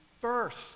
first